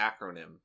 acronym